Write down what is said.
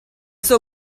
suo